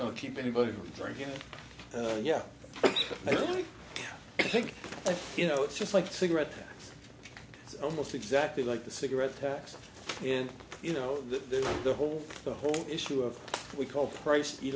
we don't keep anybody drinking yeah right i think you know it's just like cigarettes almost exactly like the cigarette tax and you know there's the whole the whole issue of we call price